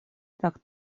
так